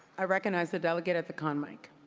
i recognize the delegate at the con mic.